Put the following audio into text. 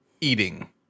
Eating